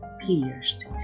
pierced